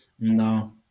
No